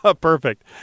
Perfect